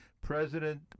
President